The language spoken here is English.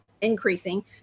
increasing